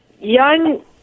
young